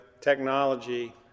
technology